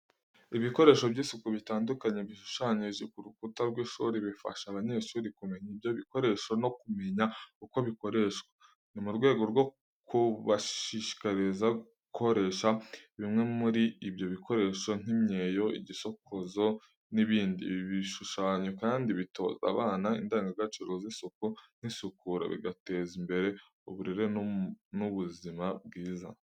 Ibikoresho by’isuku bitandukanye bishushanyije ku rukuta rw’ishuri, bifasha abanyeshuri kumenya ibyo bikoresho no kumenya uko bikoreshwa. Ni mu rwego rwo kubashishikariza gukoresha bimwe muri ibyo bikoresho nk’imyeyo, igisokozo n’ibindi. Ibi bishushanyo kandi bitoza abana indangagaciro z’isuku n’isukura, bigateza imbere uburere n’ubuzima bwiza.